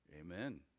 Amen